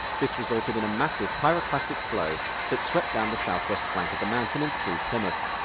this resulted in massive pyroclastic flows that swept down the southwest flank of the mountain and through plymouth.